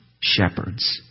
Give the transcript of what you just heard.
shepherds